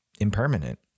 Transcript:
impermanent